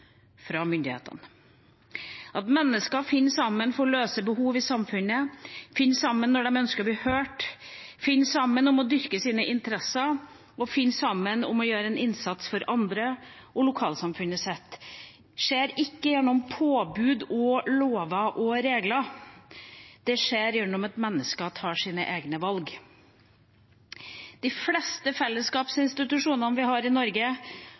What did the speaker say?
fra myndighetene. At mennesker finner sammen for å løse behov i samfunnet, finner sammen når de ønsker å bli hørt, finner sammen for å dyrke sine interesser og finner sammen for å gjøre en innsats for andre og lokalsamfunnet sitt, skjer ikke gjennom påbud og lover og regler. Det skjer gjennom mennesker som tar egne valg. De fleste fellesskapsinstitusjonene vi har i Norge